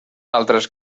altres